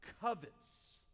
covets